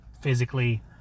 physically